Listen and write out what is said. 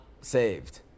saved